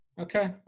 Okay